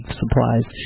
supplies